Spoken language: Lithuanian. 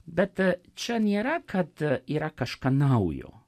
bet čia nėra kad yra kažką naujo